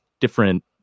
different